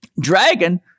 dragon